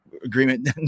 Agreement